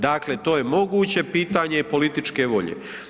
Dakle, to je moguće, pitanje je političke volje.